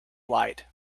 light